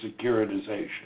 securitization